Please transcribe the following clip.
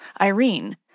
Irene